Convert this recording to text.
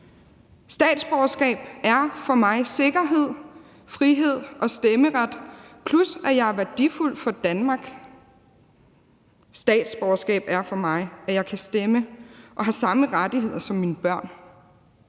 statsborgerskab er for mig sikkerhed, frihed og stemmeret, plus at jeg er værdifuld for Danmark; statsborgerskab er for mig, at jeg kan stemme og har samme rettigheder som mine børn;